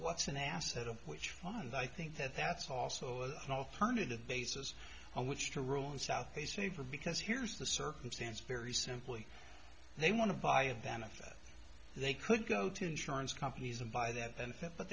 what's an asset which fund i think that that's also an alternative basis on which to rule in south a safer because here's the circumstance very simply they want to buy them if they could go to insurance companies and buy that benefit but